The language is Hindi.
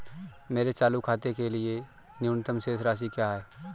मेरे चालू खाते के लिए न्यूनतम शेष राशि क्या है?